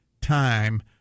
time